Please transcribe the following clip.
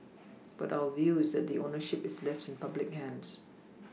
but our view is that the ownership is left in public hands